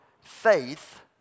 faith